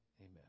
Amen